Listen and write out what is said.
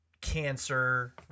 cancer